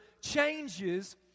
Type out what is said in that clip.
changes